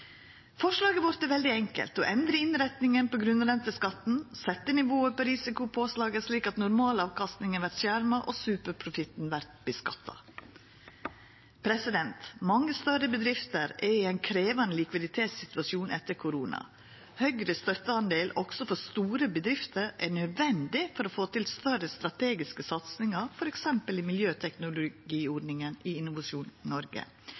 Forslaget vårt er veldig enkelt: å endra innretninga på grunnrenteskatten, setja nivået på risikopåslaget slik at normalavkastninga vert skjerma og superprofitten vert skattlagd. Mange større bedrifter er i ein krevjande likviditetssituasjon etter korona. Høgare støtteandel også for store bedrifter er nødvendig for å få til større strategiske satsingar, f.eks. i miljøteknologiordninga i Innovasjon Noreg.